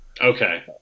Okay